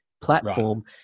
platform